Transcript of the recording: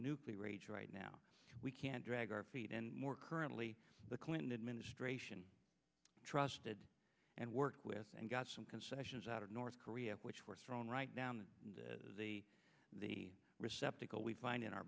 nuclear age right now we can't drag our feet and more currently the clinton administration trust and worked with and got some concessions out of north korea which were thrown right down the the receptacle we find in our